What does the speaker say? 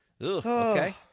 okay